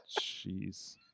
Jeez